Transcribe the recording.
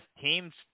teams